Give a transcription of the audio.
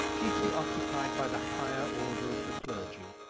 chiefly occupied by the higher order of the clergy,